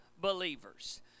believers